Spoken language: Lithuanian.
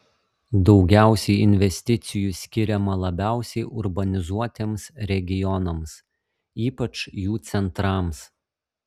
daugiausiai investicijų skiriama labiausiai urbanizuotiems regionams ypač jų centrams